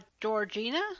Georgina